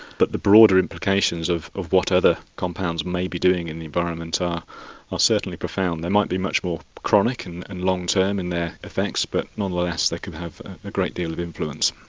but the broader implications of of what other compounds may be doing in the environment are ah certainly profound. they might be much more chronic and and long term in their effects but nonetheless they can have a great deal of influence.